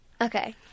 Okay